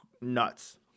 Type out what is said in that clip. nuts